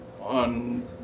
on